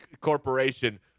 corporation